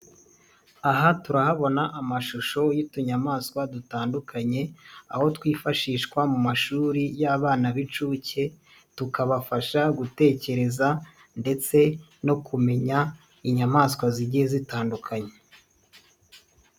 Aha turahabona amashusho y'utunnyamaswa dutandukanye, aho twifashishwa mu mashuri y'abana b'incuke, tukabafasha gutekereza ndetse no kumenya inyamaswa zigiye zitandukanye.